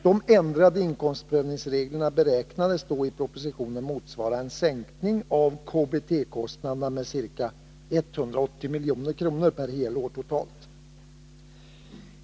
De ändrade inkomstprövningsreglerna beräknades då i propositionen motsvara en sänkning av KBT-kostnaderna med ca 180 milj.kr. per helår totalt.